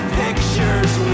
picture's